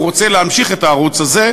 הוא רוצה להמשיך את הערוץ הזה,